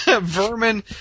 Vermin